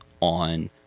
on